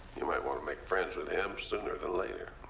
you might wanna make friends with him sooner than later.